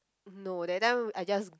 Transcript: no that time I just